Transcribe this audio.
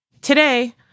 Today